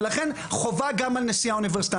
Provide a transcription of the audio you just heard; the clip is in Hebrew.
ולכן חובה גם על נשיא האוניברסיטה,